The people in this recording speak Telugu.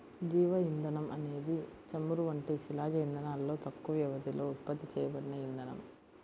జీవ ఇంధనం అనేది చమురు వంటి శిలాజ ఇంధనాలలో తక్కువ వ్యవధిలో ఉత్పత్తి చేయబడిన ఇంధనం